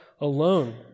alone